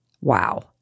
Wow